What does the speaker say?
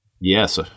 Yes